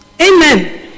amen